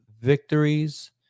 victories